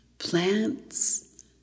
Plants